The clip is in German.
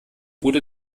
bude